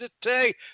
today